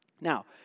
Now